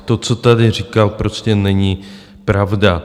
To, co tady říkal, prostě není pravda.